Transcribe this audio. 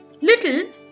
little